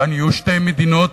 כאן יהיו שתי מדינות,